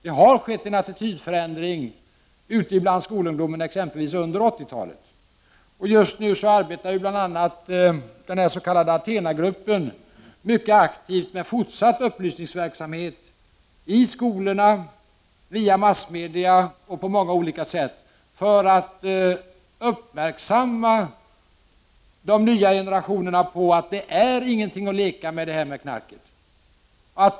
Det har skett en attitydförändring exempelvis ute bland skolungdomarna under 80-talet. Just nu arbetar bl.a.den s.k. Athena-gruppen mycket aktivt med fortsatt upplysningsverksamhet i skolorna, via massmedia och på många andra olika sätt för att göra de nya generationerna uppmärksamma på att knarket inte är något att leka med.